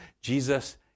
Jesus